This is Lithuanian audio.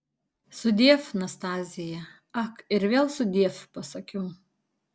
sudiev nastazija ak ir vėl sudiev pasakiau